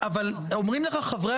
יושבים פה ארבעה חברי